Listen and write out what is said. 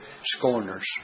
scorners